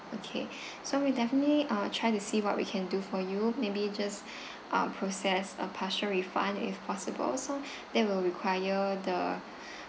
okay so we'll definitely uh try to see what we can do for you maybe just um process a partial refund if possible so that will require the